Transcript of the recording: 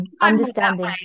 understanding